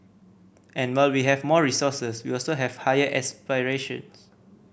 and while we have more resources we also have higher aspirations